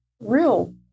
real